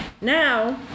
Now